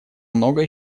многое